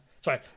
Sorry